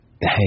Hey